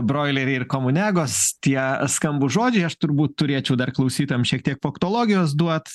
broileriai ir komuniagos tie skambūs žodžiai aš turbūt turėčiau dar klausytojams šiek tiek faktologijos duot